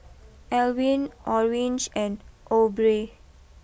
Elwin Orange and Aubrey